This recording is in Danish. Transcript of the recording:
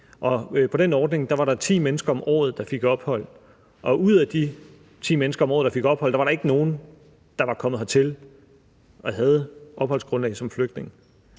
og på den ordning var der ti mennesker om året, der fik ophold, og ud af de ti mennesker om året, der fik ophold, var der ikke nogen, der var kommet hertil med et opholdsgrundlag som flygtning.